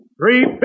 Three